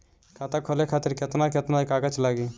खाता खोले खातिर केतना केतना कागज लागी?